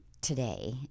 today